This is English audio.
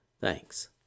Thanks